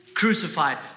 Crucified